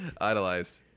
idolized